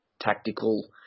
tactical